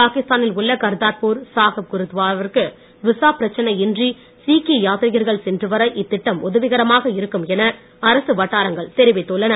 பாகிஸ்தா னில் உள்ள கர்த்தர்பூர் சாஹிப் குருத்வாராவிற்கு விசா பிரச்சனை இன்றி சீக்கிய யாத்திரீகர்கள் சென்றுவர இத்திட்டம் உதவிகரமாக இருக்கும் என அரசு வட்டாரங்கள் தெரிவித்துள்ளன